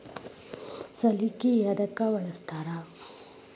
ಸಲಿಕೆ ಯದಕ್ ಬಳಸ್ತಾರ?